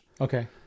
Okay